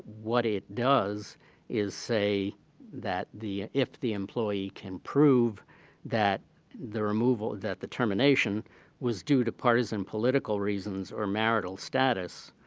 what it does is say that the if the employee can prove that the removal that the termination was due to partisan political reasons, or marital status,